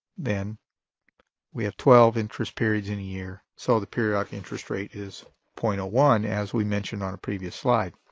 then we have twelve interest periods in a year so the periodic interest rate is point zero one as we mentioned on a previous slide.